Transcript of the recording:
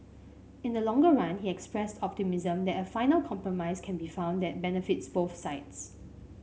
in the longer run he expressed optimism that a final compromise can be found that benefits both sides